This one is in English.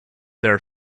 their